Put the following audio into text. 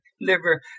liver